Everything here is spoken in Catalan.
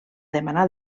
demanar